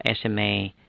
SMA